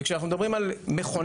וכשאנחנו מדברים על מכונה,